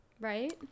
Right